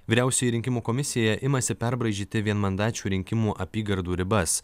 vyriausioji rinkimų komisija imasi perbraižyti vienmandačių rinkimų apygardų ribas